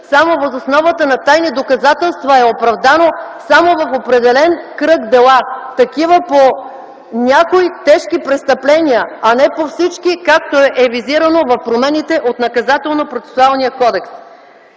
само въз основа на тайни доказателства е оправдано само в определен кръг дела – такива по някои тежки престъпления, а не по всички, както е визирано в промените от Наказателно-процесуалния кодекс.